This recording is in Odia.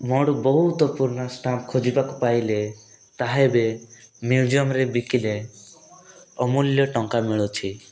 ମୋ ଆଡୁ ବହୁତ ପୁରୁଣା ଷ୍ଟାମ୍ପ ଖୋଜିବାକୁ ପାଇଲେ ତାହା ଏବେ ମ୍ୟୁଜିୟମ୍ରେ ବିକିଲେ ଅମୂଲ୍ୟ ଟଙ୍କା ମିଳୁଛି